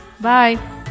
bye